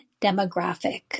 demographic